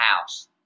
house